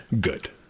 Good